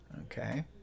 Okay